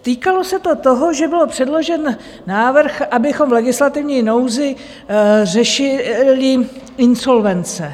Týkalo se to toho, že byl předložen návrh, abychom v legislativní nouzi řešili insolvence.